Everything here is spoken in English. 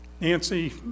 Nancy